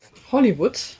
Hollywood